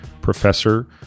professor